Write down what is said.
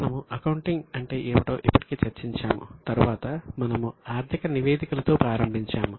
మనము అకౌంటింగ్ అంటే ఏమిటో ఇప్పటికే చర్చించాము తరువాత మనము ఆర్థిక నివేదికలతో ప్రారంభించాము